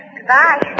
Goodbye